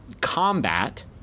combat